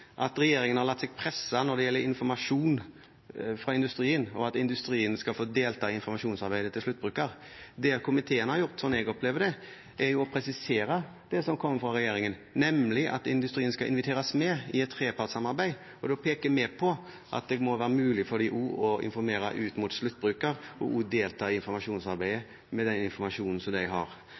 gjelder informasjon fra industrien og det at industrien skal få delta i informasjonsarbeidet til sluttbruker. Det komiteen har gjort, slik jeg opplever det, er å presisere det som kommer fra regjeringen, nemlig at industrien skal inviteres med i et trepartssamarbeid. Da peker vi på at det også må være mulig for dem å informere ut mot sluttbruker, og å delta i informasjonsarbeidet med den informasjonen de har.